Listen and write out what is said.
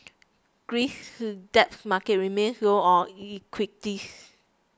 Greece's debt market remains low on